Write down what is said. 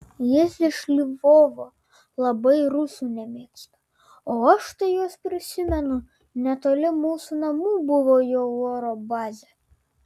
jis iš lvovo labai rusų nemėgsta o aš tai juos prisimenu netoli mūsų namų buvo jų oro bazė